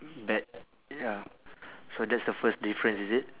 bet ya so that's the first difference is it